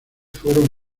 fueron